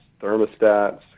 thermostats